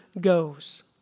goes